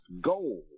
goal